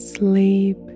Sleep